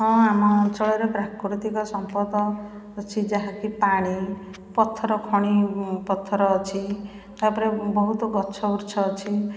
ହଁ ଆମ ଅଞ୍ଚଳରେ ପ୍ରାକୃତିକ ସମ୍ପଦ ଅଛି ଯାହାକି ପାଣି ପଥର ଖଣି ପଥର ଅଛି ତା'ପରେ ବହୁତ ଗଛବୁର୍ଛ ଅଛି